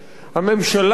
הממשלה הזאת,